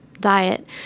diet